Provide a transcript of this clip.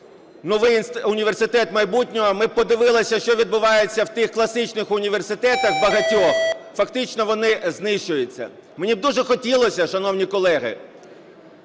новий університет майбутнього. Ми подивилися, що відбувається в тих класичних університетах багатьох – фактично вони знищуються. Мені б дуже хотілося, шановні колеги,